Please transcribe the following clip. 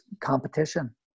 competition